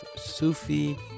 Sufi